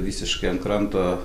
visiškai ant kranto